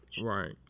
Right